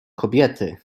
kobiety